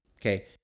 okay